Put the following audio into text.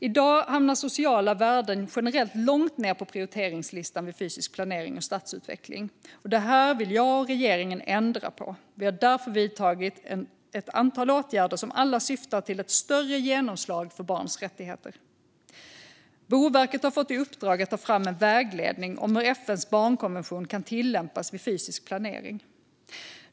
I dag hamnar sociala värden generellt långt ned på prioriteringslistan vid fysisk planering och stadsutveckling. Det här vill jag och regeringen ändra på. Vi har därför vidtagit ett antal åtgärder som alla syftar till ett större genomslag för barns rättigheter. Boverket har fått i uppdrag att ta fram en vägledning om hur FN:s barnkonvention kan tillämpas vid fysisk planering.